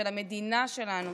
של המדינה שלנו.